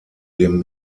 dem